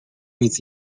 nic